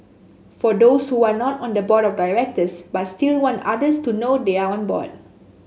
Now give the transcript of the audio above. for those who are not on the board of directors but still want others to know they are on board